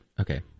Okay